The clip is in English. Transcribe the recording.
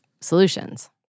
solutions